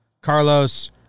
Carlos